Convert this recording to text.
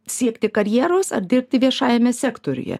siekti karjeros ar dirbti viešajame sektoriuje